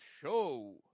show